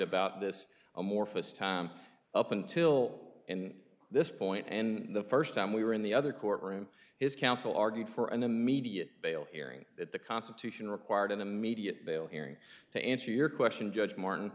about this amorphous term up until this point and the first time we were in the other court room his counsel argued for an immediate bail hearing that the constitution required an immediate bail hearing to answer your question judge martin